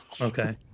Okay